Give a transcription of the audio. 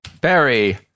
Barry